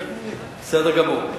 בסדר גמור.